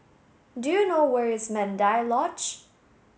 do you know where is Mandai Lodge